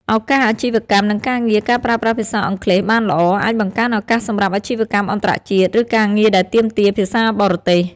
ឱកាសអាជីវកម្ម និងការងារ ការប្រើភាសាអង់គ្លេសបានល្អអាចបង្កើនឱកាសសម្រាប់អាជីវកម្មអន្តរជាតិ ឬការងារដែលទាមទារភាសាបរទេស។